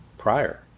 Prior